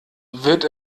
wird